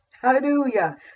hallelujah